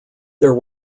there